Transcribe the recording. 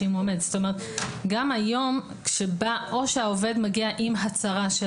גם היום או שהעובד מגיע עם הצהרה של